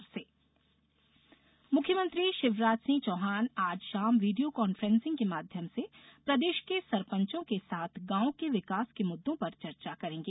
मुख्यमंत्री पंचपरमेष्वर मुख्यमंत्री शिवराज सिंह चौहान आज शाम वीडियो कॉन्फ्रेंसिंग के माध्यम से प्रदेश के सरपंचों के साथ गांवों के विकास के मुद्दों पर चर्चा करेंगे